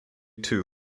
too